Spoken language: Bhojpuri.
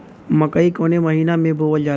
मकई कवने महीना में बोवल जाला?